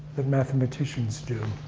mathematicians do.